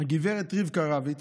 גב' רבקה רביץ,